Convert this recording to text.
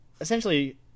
essentially